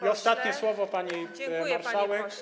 I ostatnie słowo, pani marszałek.